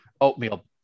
oatmeal